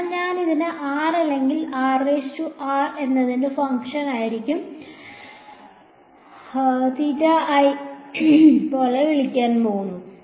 അതിനാൽ ഞാൻ ഇതിനെ r അല്ലെങ്കിൽ r എന്നതിന്റെ ഫംഗ്ഷൻ എന്തായിരിക്കണം എന്ന് വിളിക്കാൻ പോകുന്നു